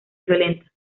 violenta